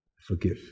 forgive